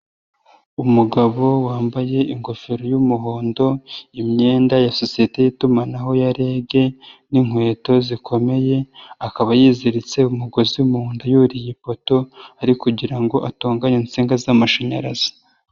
Umugabo wambaye ingofero y'umuhondo, imyenda ya sosiyete y'itumanaho ya REG n'inkweto zikomeye akaba yiziritse umugozi mu nda yuriye ipoto ari kugira ngo atunganye insinga z'amashanyarazi.